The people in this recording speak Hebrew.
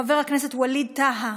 חבר הכנסת ווליד טאהא,